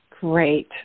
Great